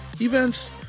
events